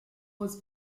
was